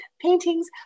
paintings